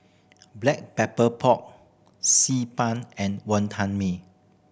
Black Pepper Pork Xi Ban and Wonton Mee